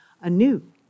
anew